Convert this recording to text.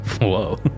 Whoa